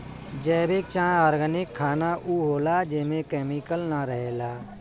जैविक चाहे ऑर्गेनिक खाना उ होला जेमे केमिकल ना रहेला